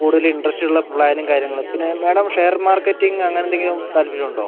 കൂടുതൽ ഇൻ്ററസ്റ്റ് ഉള്ള പ്ലാനും കാര്യങ്ങളും പിന്നെ മേഡം ഷെയർ മാർക്കറ്റിംഗ് അങ്ങനെ എന്തെങ്കിലും താൽപ്പര്യം ഉണ്ടോ